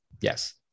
Yes